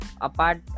apart